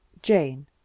jane